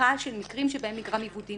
פתיחה של מקרים שבהם נגרם עיוות דין.